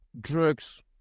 drugs